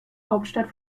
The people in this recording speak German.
hauptstadt